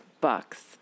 Bucks